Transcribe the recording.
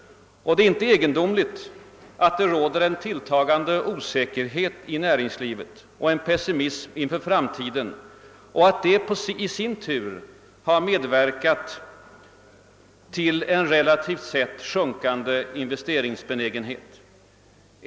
Det är inte egendomligt att det råder en tilltagande osäkerhet i näringslivet och pessimism inför framtiden och att detta i sin tur har medverkat till en relativt sett sjunkande investeringsbenägenhet.